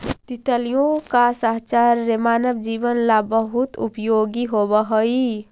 तितलियों का साहचर्य मानव जीवन ला बहुत उपयोगी होवअ हई